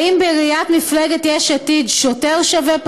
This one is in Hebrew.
האם בראיית מפלגת יש עתיד שוטר שווה פחות?